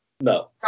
No